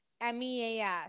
M-E-A-S